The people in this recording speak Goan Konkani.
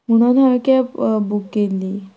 म्हणोन हांयें कॅब बूक केल्ली